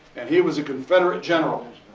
and he was a confederate general.